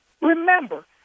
remember